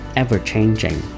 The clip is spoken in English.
ever-changing